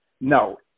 No